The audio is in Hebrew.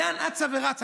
לאן אצה ורצה?